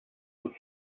was